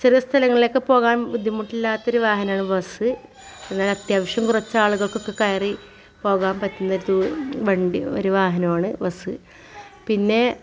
ചെറിയ സ്ഥലങ്ങളിലൊക്കെ പോകാൻ ബുദ്ധിമുട്ടില്ലാത്തൊരു വാഹനമാണ് ബസ് അങ്ങനെ അത്യാവശ്യം കുറച്ച് ആളുകൾക്കൊക്കെ കയറി പോകാൻ പറ്റുന്ന ഒരു ദൂ വണ്ടി ഒരു വാഹനമാണ് ബസ് പിന്നെ